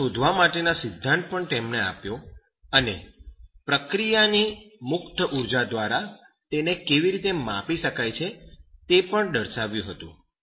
તે શોધવા માટેનો સિદ્ધાંત પણ તેમણે આપ્યો અને પ્રક્રિયાઓની મુક્ત ઉર્જા દ્વારા તેને કેવી રીતે માપી શકાય તે પણ દર્શાવ્યું હતું